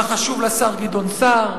היה חשוב לשר גדעון סער,